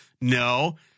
No